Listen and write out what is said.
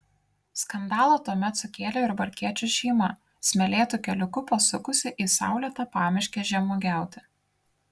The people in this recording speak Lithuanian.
skandalą tuomet sukėlė jurbarkiečių šeima smėlėtu keliuku pasukusi į saulėtą pamiškę žemuogiauti